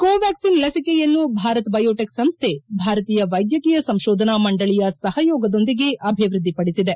ಕೋವ್ತಿಕ್ಲಿನ್ ಲಸಿಕೆಯನ್ನು ಭಾರತ್ ಬಯೋಟೆಕ್ ಸಂಸ್ಥೆ ಭಾರತೀಯ ವೈದ್ಯಕೀಯ ಸಂಶೋಧನಾ ಮಂಡಳಿಯ ಸಹಯೋಗದೊಂದಿಗೆ ಅಭಿವೃದ್ದಿಪಡಿಸಿದೆ